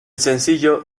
sencillo